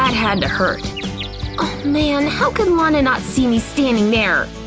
had had to hurt! oh man! how could lana not see me standing there?